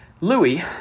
Louis